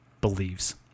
believes